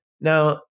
Now